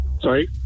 Sorry